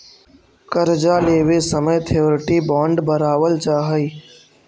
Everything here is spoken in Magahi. कर्जा लेवे समय श्योरिटी बॉण्ड भरवावल जा हई